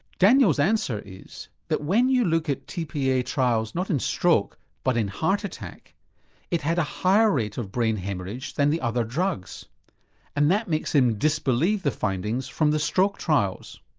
daniel's answer is that when you look at tpa trials not in stroke but in heart attack it had a higher rate of brain haemorrhage than the other drugs and that makes him disbelieve the findings from the stroke trials.